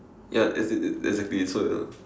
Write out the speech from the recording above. ya as in exactly so you know